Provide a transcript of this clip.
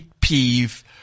peeve